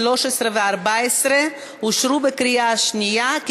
13 ו-14 אושרו בקריאה שנייה,